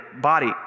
body